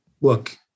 Look